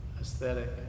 aesthetic